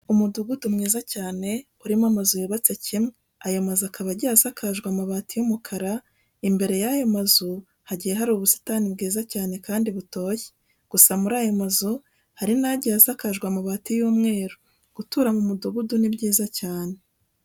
Umudugudu mwiza cyane urimo amazu yubatse kimwe, ayo mazu akaba agiye asakajwe amabati y'umukara, imbere y'ayo mazu hagiye hari ubusitani bwiza cyane kandi butoshye, gusa muri ayo mazu harimo n'agiye asakajwe amabati y'umweru. Gutura mu mudugudu ni byiza cyane.